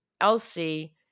Elsie